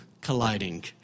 colliding